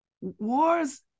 Wars